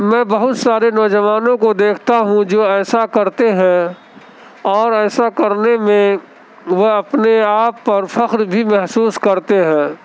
میں بہت سارے نوجوانوں کو دیکھتا ہوں جو ایسا کرتے ہیں اور ایسا کرنے میں وہ اپنے آپ پر فخر بھی محسوس کرتے ہیں